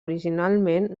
originalment